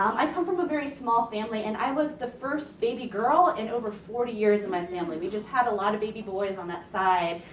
um i come from a very small family and i was the first baby girl in over forty years in my family. we just had a lot of baby boys on that side.